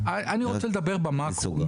אני רוצה לדבר במקרו.